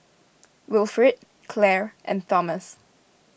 Wilfrid Clair and Thomas